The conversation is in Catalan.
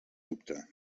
dubte